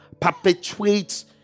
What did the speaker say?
perpetuates